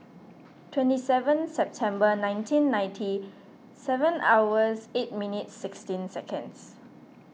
twenty seven September nineteen ninety seven hours eight minutes sixteen seconds